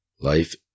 Life